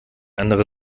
andere